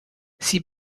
sie